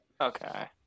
Okay